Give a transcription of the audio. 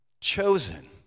chosen